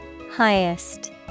Highest